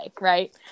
right